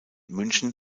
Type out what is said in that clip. münchen